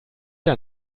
der